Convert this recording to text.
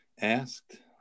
asked